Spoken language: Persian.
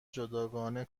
جداگانه